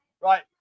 Right